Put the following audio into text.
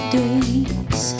days